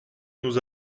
nous